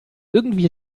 irgendwie